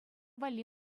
валли